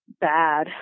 bad